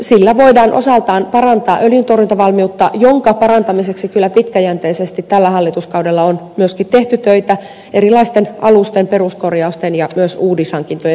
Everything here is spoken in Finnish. sillä voidaan osaltaan parantaa öljyntorjuntavalmiutta jonka parantamiseksi kyllä pitkäjänteisesti tällä hallituskaudella on myöskin tehty töitä erilaisten alusten peruskorjausten ja myös uudishankintojen myötä